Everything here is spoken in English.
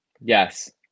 yes